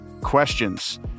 questions